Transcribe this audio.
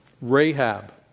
Rahab